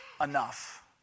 enough